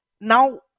Now